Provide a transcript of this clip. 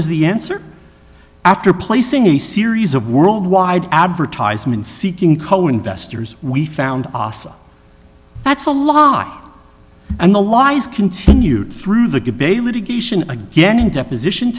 was the answer after placing a series of worldwide advertisements seeking co investors we found that's a lock and the lies continued through the gib a litigation again in deposition